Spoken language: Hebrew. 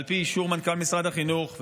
ועל פי אישור מנכ"ל משרד החינוך.